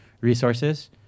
resources